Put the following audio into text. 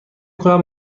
کنم